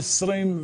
2021-2020,